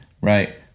Right